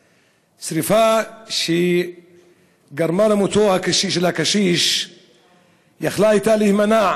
צריך לדווח, לפנות לעזרה ולעצור את האלימות